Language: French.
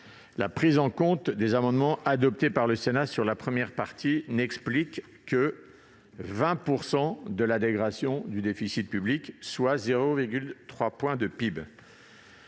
La prise en compte des amendements adoptés par le Sénat sur la première partie n'explique que 20 % de la dégradation du déficit public, soit 0,3 point de PIB.